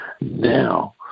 now